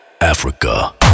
Africa